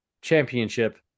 championship